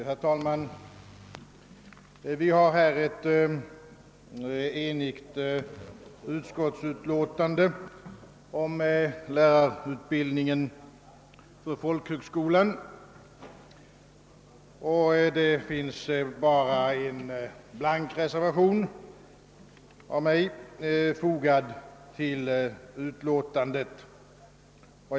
Herr talman! Vi har här ett enigt ut skottsutlåtande om lärarutbildningen för folkhögskolan, och det finns bara en blank reservation, av mig fogad till utlåtandet.